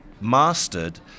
mastered